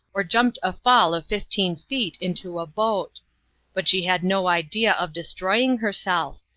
or jumped a fall of fifteen feet into a boat but she had no idea of destroying herself,